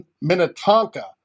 Minnetonka